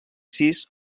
sis